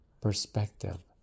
perspective